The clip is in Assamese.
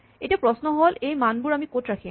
এতিয়া প্ৰশ্ন হ'ল এই মানবোৰ আমি ক'ত ৰাখিম